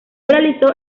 realizó